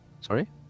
Sorry